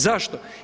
Zašto?